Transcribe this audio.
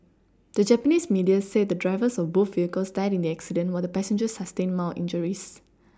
the Japanese media said the drivers of both vehicles died in the accident while the passengers sustained mild injuries